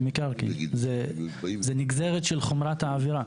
זו נגזרת של חומרת העבירה.